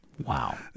Wow